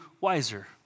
wiser